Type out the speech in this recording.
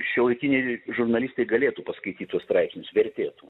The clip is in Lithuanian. šiuolaikiniai žurnalistai galėtų paskaityt tuos straipsnius vertėtų